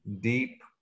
deep